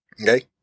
Okay